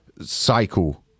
cycle